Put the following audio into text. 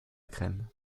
crème